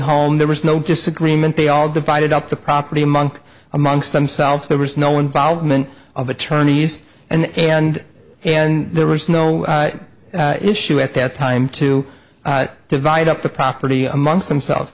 home there was no disagreement they all divided up the property among amongst themselves there was no involvement of attorneys and and and there was no issue at that time to divide up the property amongst themselves